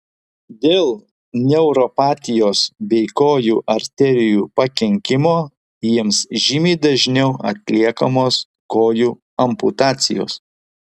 dėl neuropatijos bei kojų arterijų pakenkimo jiems žymiai dažniau atliekamos kojų amputacijos